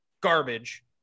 garbage